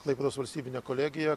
klaipėdos valstybinę kolegiją